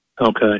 Okay